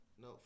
No